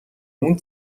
үнэ